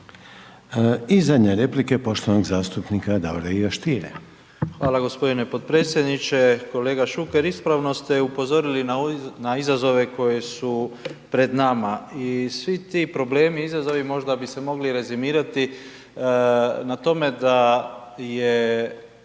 I zadnja replika je poštovanog zastupnika Davora Ive Stiera. **Stier, Davor Ivo (HDZ)** Hvala gospodine potpredsjedniče. Kolega Šuker, ispravno ste upozorili na izazove koji su pred nama. I svi ti problemi i izazovi možda bi se mogli rezimirati na tome da je